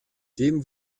dem